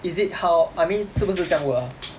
is it how I mean 是不是这样 work ah